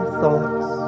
thoughts